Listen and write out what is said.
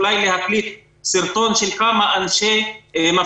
אולי להקליט סרטון של כמה אני מפתח